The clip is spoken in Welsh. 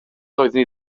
doeddwn